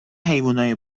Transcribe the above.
حیونای